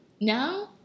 now